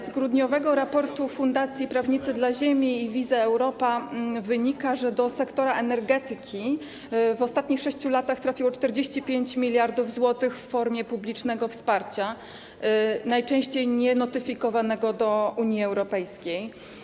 Z grudniowego raportu fundacji Prawnicy dla Ziemi i WiseEuropa wynika, że do sektora energetyki w ostatnich 6 latach trafiło 45 mld zł w formie publicznego wsparcia, najczęściej nienotyfikowanego do Unii Europejskiej.